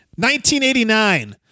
1989